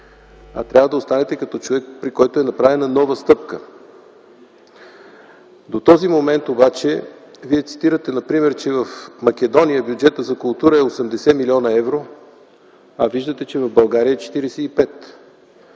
а трябва да останете като човек, при който е направена нова стъпка. До този момент обаче Вие цитирате например, че в Македония бюджетът за култура е 80 млн. евро, а виждате, че в България е 45.